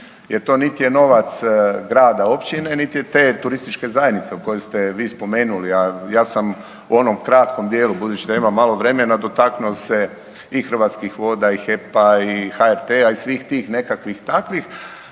jer to nit je novac grada, općine, nit je te turističke zajednice koju ste vi spomenuli a ja sam u onom kratkom dijelu budući da imam malo vremena dotaknuo se i Hrvatskih voda i HEP-a i HRT-a i svih tih nekakvih takvih.